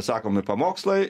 sakomi pamokslai